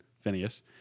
Phineas